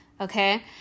Okay